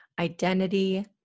identity